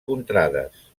contrades